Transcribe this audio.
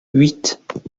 huit